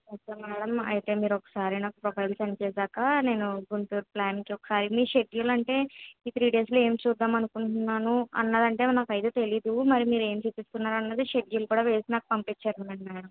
అయితే మేడం అయితే మీరు ఒకసారి నాకు ప్రొఫైల్ సెండ్ చేసాక నేను గుంటూరు ప్లాన్కి ఒకసారి మీ షెడ్యూల్ అంటే ఈ త్రీ డేస్లో ఏమి చూద్దాం అనుకుంటున్నాను అన్నారు అంటే నాకు అయితే తెలియదు మరి మీరు ఏమి చూపిస్తారు అన్నది షెడ్యూల్ వేసి నాకు పంపించండి మేడం మీరు